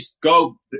go